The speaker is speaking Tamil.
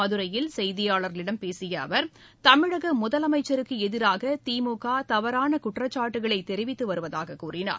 மதுரையில் செய்தியாளா்களிடம் பேசிய அவா் தமிழக முதலமைச்சருக்கு எதிராக திமுக தவறான குற்றச்சாட்டுக்களை தெரிவித்து வருவதாகக் கூறினார்